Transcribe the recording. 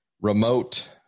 remote